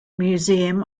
museum